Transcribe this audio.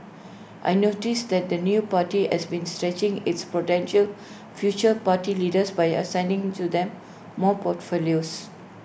I noticed that the new party has been stretching its potential future party leaders by assigning to them more portfolios